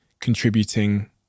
contributing